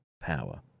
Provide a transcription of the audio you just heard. power